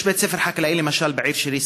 יש בית ספר חקלאי למשל בעיר שלי,